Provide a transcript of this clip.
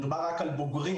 מדובר רק על בוגרים,